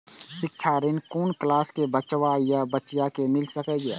शिक्षा ऋण कुन क्लास कै बचवा या बचिया कै मिल सके यै?